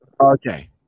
Okay